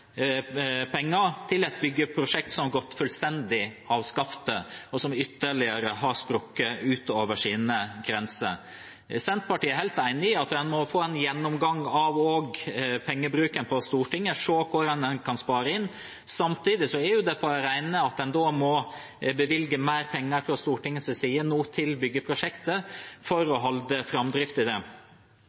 Senterpartiet er helt enig i at en også må få en gjennomgang av pengebruken på Stortinget, og se på hvor en kan spare inn. Samtidig er det på det rene at en nå må bevilge flere penger fra Stortingets side til byggeprosjektet, for å holde framdrift i det,